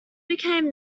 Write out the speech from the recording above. became